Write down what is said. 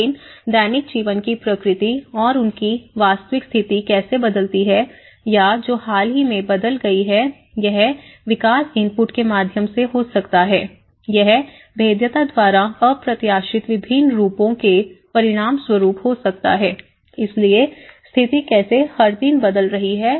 लेकिन दैनिक जीवन की प्रकृति और उनकी वास्तविक स्थिति कैसे बदलती है या जो हाल ही में बदल गई है यह विकास इनपुट के माध्यम से हो सकता है यह भेद्यता द्वारा अप्रत्याशित विभिन्न रूपों के परिणामस्वरूप हो सकता है इसलिए स्थिति कैसे हर दिन बदल रही है